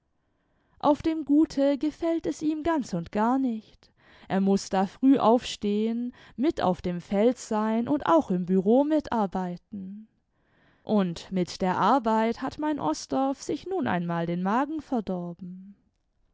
auf dem gute gefällt es ihm ganz und ar nicht er muß da früh aufstehen mit auf dem feld sein imd auch im bureau mitarbeiten und mit der arbeit hat mein osdorff sich nun einmal den magen verdorben